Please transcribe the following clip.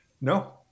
No